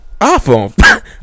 iPhone